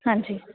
ਹਾਂਜੀ